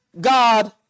God